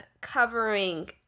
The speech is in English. covering